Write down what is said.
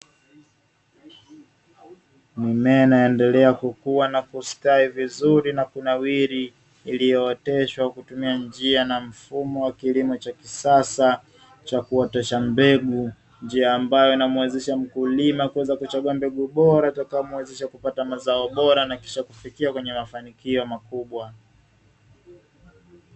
Mimea inaendelea kukua na kustawi vizurii na kunawili iliyo oteshwa kwa kutuma njia na mfumo wa kilimo cha kisasa cha kuotesha mbegu, njia ambayo inamuwezesha mkulima Kuweza kuchaguambegu mbegu bora itakayo muwezesha ukupata mazao bora na kisha kuifikia mafanikio makubwa.